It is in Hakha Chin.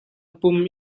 pum